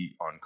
on